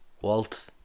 Walt